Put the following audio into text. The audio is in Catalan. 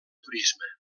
turisme